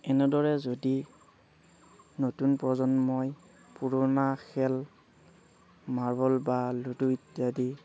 এনেদৰে যদি নতুন প্ৰজন্মই পুৰণা খেল মাৰ্বল বা লুডু ইত্যাদি